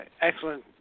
Excellent